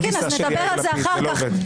נדבר על זה אחר כך,